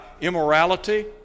immorality